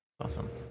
Awesome